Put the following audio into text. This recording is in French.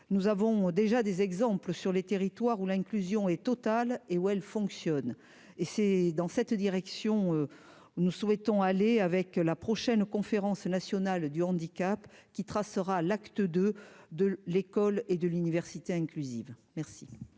nous avons déjà des exemples sur les territoires où l'inclusion est totale et où elle fonctionne et c'est dans cette direction, nous souhaitons aller avec la prochaine conférence nationale du handicap qui tracera l'acte de de l'école et de l'université inclusive merci.